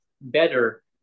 better